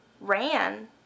ran